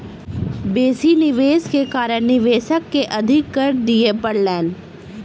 बेसी निवेश के कारण निवेशक के अधिक कर दिअ पड़लैन